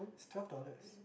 twelve dollars